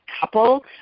couple